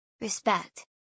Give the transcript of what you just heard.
respect